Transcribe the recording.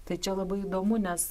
tai čia labai įdomu nes